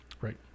Right